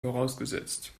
vorausgesetzt